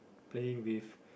playing with